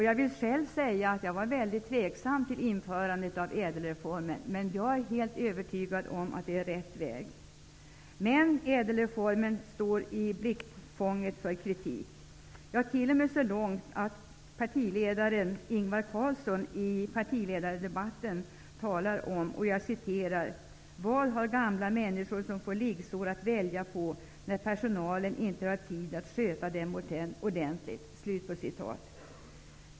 Jag vill säga att jag själv var väldigt tveksam till införandet av ÄDEL-reformen, men jag är helt övertygad om att det är rätt väg. Men ÄDEL reformen står i blickfånget för kritik, t.o.m. så långt att Ingvar Carlsson i partiledardebatten undrade: ''Vad har gamla människor som får liggsår att välja på när personalen inte har tid att sköta dem ordentligt?''